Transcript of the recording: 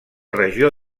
regió